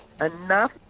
enough